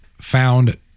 found